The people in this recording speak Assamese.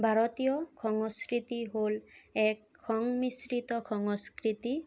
ভাৰতীয় সংস্কৃতি হ'ল এক সংমিশ্ৰিত সংস্কৃতি